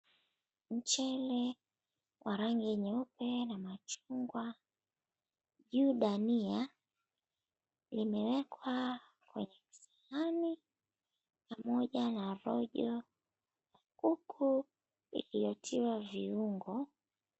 Mchele wa rangi nyeupe na machungwa juu dania, limewekwa kwenye kisahani pamoja na rojo kuku iliyotiwa viungo.